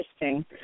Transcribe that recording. Interesting